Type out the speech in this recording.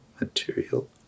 material